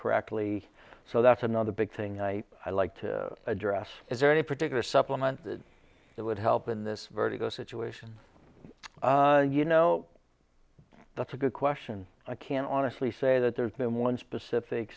correctly so that's another big thing i like to address is there any particular supplement that would help in this vertigo situation you know that's a good question i can't honestly say that there's been one specific